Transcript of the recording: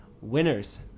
winners